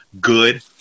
good